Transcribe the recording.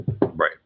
Right